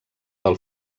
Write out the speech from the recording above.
del